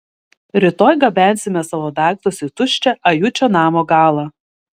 rytoj gabensime savo daiktus į tuščią ajučio namo galą